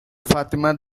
fatima